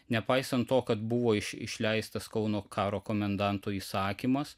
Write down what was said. nepaisant to kad buvo išleistas kauno karo komendanto įsakymas